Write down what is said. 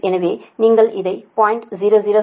எனவே நீங்கள் இதை 0